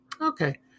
Okay